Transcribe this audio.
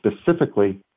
specifically